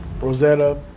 rosetta